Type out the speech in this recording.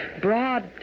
broad